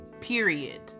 period